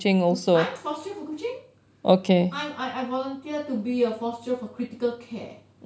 which I'm fostering for kucing I volunteer to be a foster for critical care